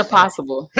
possible